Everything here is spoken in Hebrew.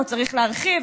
לא צריך להרחיב,